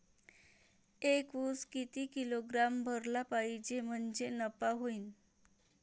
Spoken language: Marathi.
एक उस किती किलोग्रॅम भरला पाहिजे म्हणजे नफा होईन?